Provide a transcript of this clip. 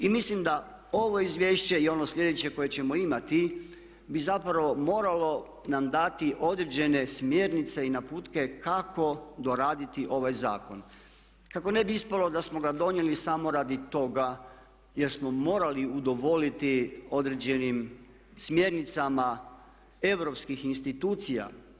I mislim da ovo izvješće i ono sljedeće koje ćemo imati bi zapravo moralo nam dati određene smjernice i naputke kako doraditi ovaj zakon kako ne bi ispalo da smo ga donijeli samo radi toga jer smo morali udovoljiti određenim smjernicama europskih institucija.